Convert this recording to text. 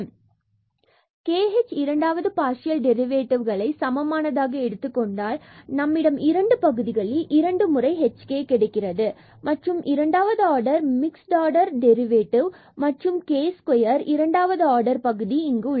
பின்பு kh இரண்டாவது partial டெரிவேட்டிவ்களை சமமானதாக எடுத்துக்கொண்டால் நம்மிடம் இரண்டு பகுதிகளில் இரண்டு முறை hk கிடைக்கிறது மற்றும் இரண்டாவது ஆர்டர் மிக்ஸ்டு டெரிவேட்டிவ் மற்றும் k ஸ்கொயர் மற்றும் இரண்டாவது ஆர்டர் பகுதி இங்கு உள்ளது